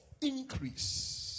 increase